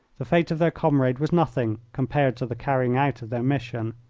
the fate of their comrade was nothing compared to the carrying out of their mission.